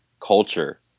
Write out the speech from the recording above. culture